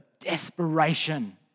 desperation